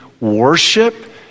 worship